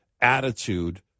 attitude